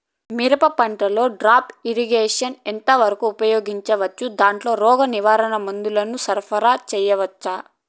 మిరప పంటలో drip irrigation ఎంత వరకు ఉపయోగించవచ్చు, దాంట్లో రోగ నివారణ మందుల ను సరఫరా చేయవచ్చా?